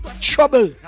Trouble